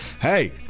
Hey